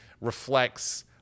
reflects